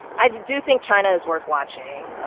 i do think china is worth watching. ah